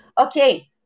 okay